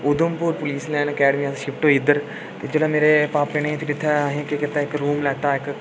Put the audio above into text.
Udhampur police line academy अस shift होई गे इद्धर ते जिल्लै मेरे पापा ने इत्थै अहें केह् कीता इक रूम लैता इक